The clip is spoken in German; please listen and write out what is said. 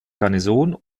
garnison